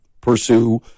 pursue